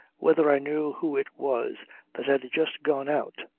whether i knew who it was that had just gone out.